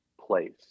place